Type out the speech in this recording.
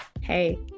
hey